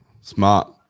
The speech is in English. Smart